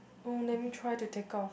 oh let me try to take off